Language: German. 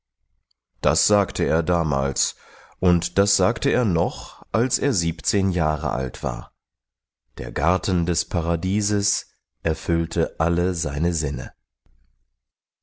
das sagte er damals und das sagte er noch als er siebzehn jahre alt war der garten des paradieses erfüllte alle seine sinne